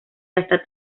hasta